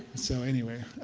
so anyway.